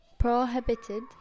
Prohibited